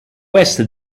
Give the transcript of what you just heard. west